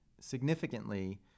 Significantly